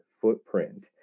footprint